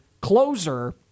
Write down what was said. closer